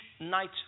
night